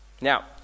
Now